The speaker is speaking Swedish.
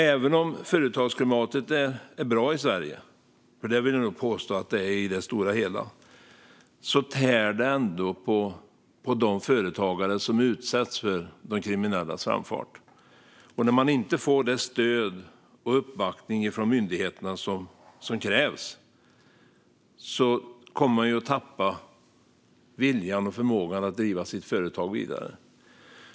Även om företagsklimatet är bra i Sverige - vilket jag nog vill påstå att det är i det stora hela - tär det här ändå på de företagare som utsätts för de kriminellas framfart. När man inte får det stöd och den uppbackning från myndigheterna som krävs kommer man att tappa viljan och förmågan att driva sitt företag vidare.